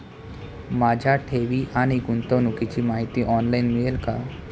माझ्या ठेवी आणि गुंतवणुकीची माहिती ऑनलाइन मिळेल का?